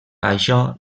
això